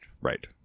right